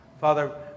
Father